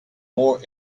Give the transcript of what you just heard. more